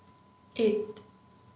eight